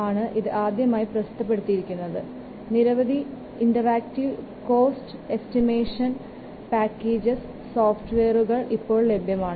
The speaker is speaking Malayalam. Barry Boehm ആണ് ഇത് ആദ്യമായി പ്രസിദ്ധപ്പെടുത്തിയത് നിരവധി സംവേദനാത്മകമായ കോസ്റ്റ് എസ്റ്റിമേഷൻ പാക്കേജുകളുടെ സോഫ്റ്റ്വെയറുകൾ ഇപ്പോൾ ലഭ്യമാണ്